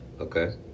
Okay